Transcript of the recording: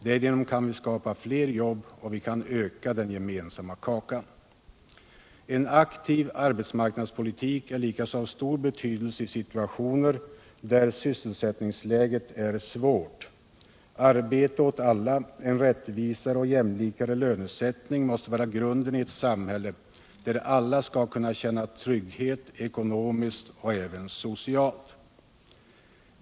Därigenom kan vi skapa flera arbeten och öka den gemensamma kakan. En aktiv arbetsmarknadspolitik är också av stor betydelse i situationer med ett otillfredsställande sysselsättningsläge. Arbete åt alla, en rättvisare och mera jämlik lönesättning, måste vara grunden i ett samhälle, där alla skall kunna känna trygghet ekonomiskt och även socialt.